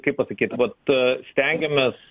kaip pasakyt vat stengiamės